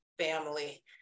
family